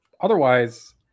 Otherwise